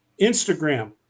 Instagram